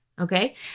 Okay